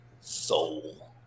Soul